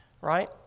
Right